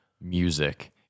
music